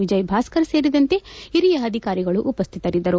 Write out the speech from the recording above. ವಿಜಯ್ ಭಾಸ್ಕರ್ ಸೇರಿದಂತೆ ಹಿರಿಯ ಅಧಿಕಾರಿಗಳು ಉಪಸ್ಥಿತರಿದ್ದರು